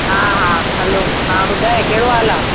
हा हा हैलो हा ॿुधाए कहिड़ो हालु आहे